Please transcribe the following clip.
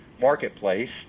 marketplace